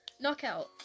knockout